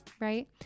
right